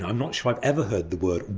um not sure i! ve ever heard the word!